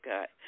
God